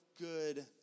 good